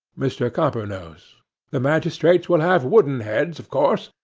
mr. coppernose the magistrates will have wooden heads of course,